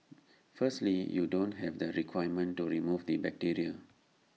firstly you don't have the equipment to remove the bacteria